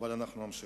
אבל אנחנו נמשיך.